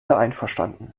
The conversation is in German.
einverstanden